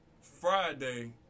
Friday